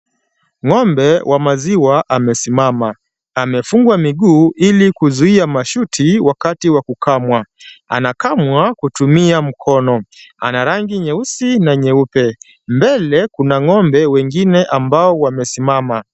Ng'ombe wa maziwa amesimama. Amefungwa miguu ili kuzuia mashuti wakati wa kukammwa. Anakamwa kutumia mkono, ana rangi mweusi na nyeupe. Mbele Kuna ng'ombe wengine ambao wamesimama.